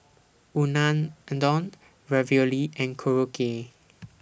Unadon Ravioli and Korokke